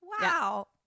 Wow